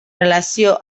relació